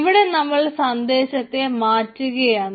ഇവിടെ നമ്മൾ സന്ദേശത്തെ മാറ്റുകയാണ്